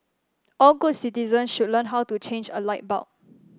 all good citizens should learn how to change a light bulb